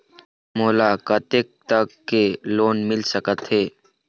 मोला कतेक तक के लोन मिल सकत हे?